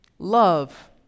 Love